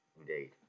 Indeed